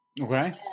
Okay